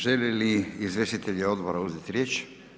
Žele li izvjestitelji odbora uzeti riječ?